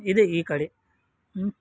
ಇದೆ ಈ ಕಡೆ